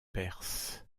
perse